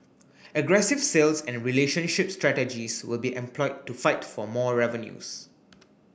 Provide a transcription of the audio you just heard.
aggressive sales and relationship strategies will be employed to fight for more revenues